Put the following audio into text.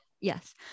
Yes